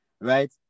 right